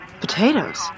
Potatoes